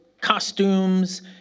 costumes